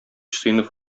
сыйныф